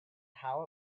how